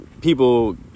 people